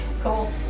Cool